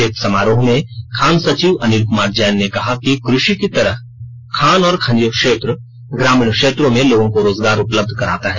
एक समारोह में खान सचिव अनिल कुमार जैन ने कहा कि कृषि की तरह खान और खनिज क्षेत्र ग्रामीण क्षेत्रों में लोगों को रोजगार उपलब्ध कराता है